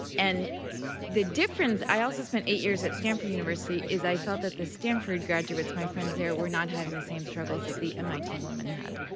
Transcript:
and the difference i also spent eight years at stanford university is i felt that the stanford graduates, my friends there were not having the same struggles at the mit woman had.